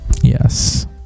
Yes